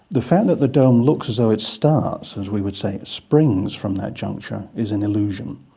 the fact that the dome looks as though it starts, as we would say, springs from that juncture, is an illusion.